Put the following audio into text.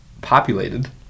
populated